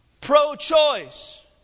Pro-choice